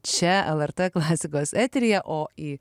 čia lrt klasikos eteryje o į